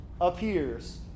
appears